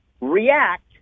react